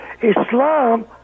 Islam